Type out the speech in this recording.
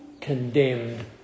condemned